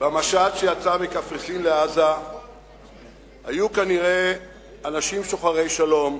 שיצא מקפריסין לעזה היו כנראה אנשים שוחרי שלום,